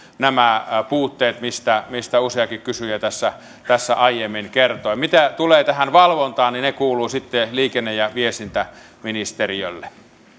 nämä puutteet mistä mistä useakin kysyjä tässä tässä aiemmin kertoi mitä tulee tähän valvontaan niin se kuuluu sitten liikenne ja viestintäministeriölle